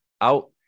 out